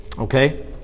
Okay